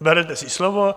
Berete si slovo.